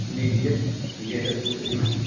لیجیے یہ ہے دوسری میں